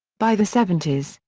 by the seventies,